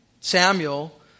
Samuel